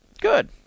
Good